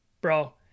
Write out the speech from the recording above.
bro